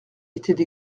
étaient